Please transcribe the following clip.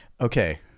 Okay